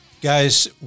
Guys